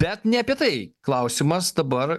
bet ne apie tai klausimas dabar